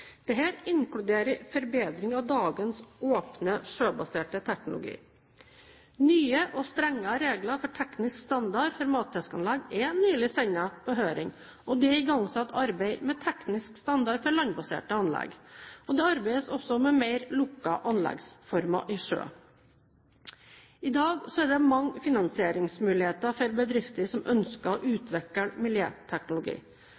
inkluderer forbedring av dagens åpne sjøbaserte teknologi. Nye og strengere regler for teknisk standard for matfiskanlegg er nylig sendt på høring, og det er igangsatt arbeid med teknisk standard for landbaserte anlegg. Det arbeides også med mer lukkede anleggsformer i sjø. Det er i dag mange finansieringsmuligheter for bedrifter som ønsker å